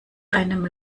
einem